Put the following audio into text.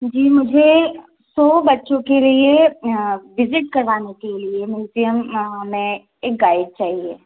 जी मुझे सो बच्चों के लिए विज़िट करवाने के लिए म्यूज़ियम में एक गाइड चाहिए